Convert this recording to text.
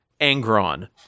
Angron